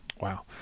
wow